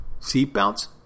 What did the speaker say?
seatbelts